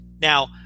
Now